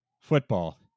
football